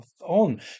on